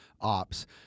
ops